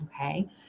okay